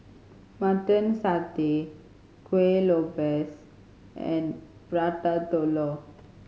Mutton Satay Kueh Lopes and Prata Telur